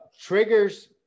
Triggers